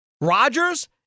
Rodgers